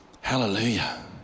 Hallelujah